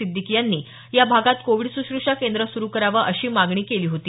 सिद्दिकी यांनी या भागात कोविड सुश्रुषा केंद्र सुरू करावं अशी मागणी केली होती